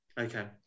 Okay